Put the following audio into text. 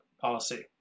policy